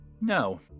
No